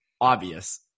obvious